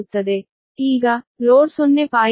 ಈಗ ಲೋಡ್ 0